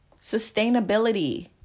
Sustainability